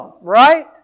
right